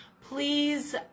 please